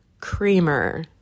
creamer